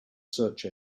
search